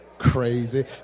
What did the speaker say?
Crazy